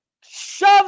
shove